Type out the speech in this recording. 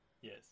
Yes